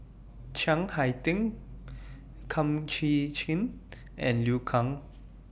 Chiang Hai Ding Kum Chee Kin and Liu Kang